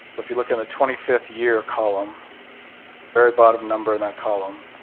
but if you look in the twenty fifth year column very bottom number in that column.